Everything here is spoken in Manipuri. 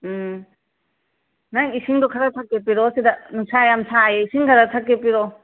ꯅꯪ ꯏꯁꯤꯡꯗꯣ ꯈꯔ ꯊꯛꯀꯦ ꯄꯤꯔꯛꯑꯣ ꯁꯤꯗ ꯅꯨꯡꯁꯥ ꯌꯥꯝ ꯁꯥꯏꯌꯦ ꯏꯁꯤꯡ ꯈꯔ ꯊꯛꯀꯦ ꯄꯤꯔꯛꯑꯣ